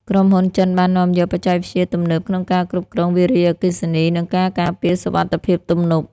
ក្រុមហ៊ុនចិនបាននាំយកបច្ចេកវិទ្យាទំនើបក្នុងការគ្រប់គ្រងវារីអគ្គិសនី និងការការពារសុវត្ថិភាពទំនប់។